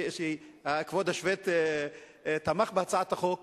וכבוד השופט תמך בהצעת החוק,